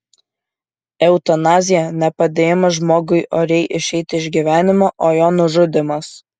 eutanazija ne padėjimas žmogui oriai išeiti iš gyvenimo o jo nužudymas